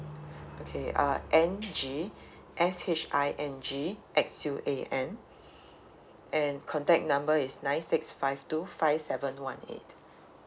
okay uh N G S H I N G X U A N and contact number is nine six five two five seven one eight